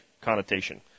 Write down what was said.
connotation